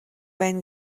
байна